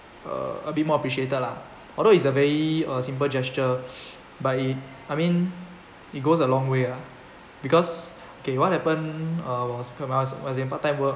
uh a bit more appreciated lah although it's a very simple gesture but it I mean it goes long way ah because okay what happen was come I was in part time work